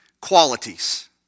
qualities